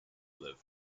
lived